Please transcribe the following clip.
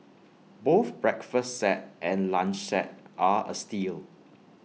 both breakfast set and lunch set are A steal